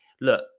look